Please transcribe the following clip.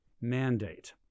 Mandate